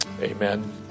Amen